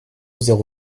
zéro